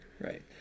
Right